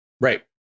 Right